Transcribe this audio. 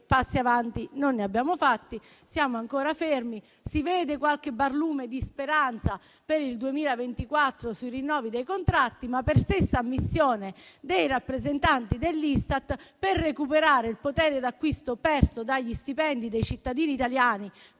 passi avanti non ne abbiamo fatti: siamo ancora fermi. Si vede qualche barlume di speranza per il 2024 sui rinnovi dei contratti, ma, per stessa ammissione dei rappresentanti dell'Istat, per recuperare il potere d'acquisto perso dagli stipendi dei cittadini italiani